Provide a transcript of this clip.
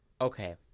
okay